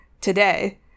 today